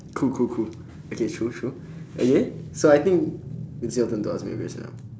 cool cool cool okay true true okay so I think it's your turn to ask me a question now